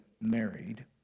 married